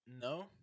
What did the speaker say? No